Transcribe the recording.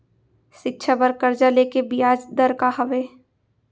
शिक्षा बर कर्जा ले के बियाज दर का हवे?